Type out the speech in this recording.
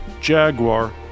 Jaguar